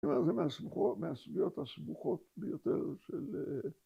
‫זה מהסוגיות הסבוכות ביותר של...